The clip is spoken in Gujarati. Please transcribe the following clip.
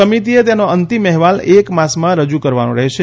સમિતિએ તેનો અંતિમ અહેવાલ એક માસમાં રજૂ કરવાનો રહેશે